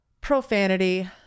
profanity